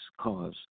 cause